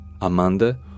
Amanda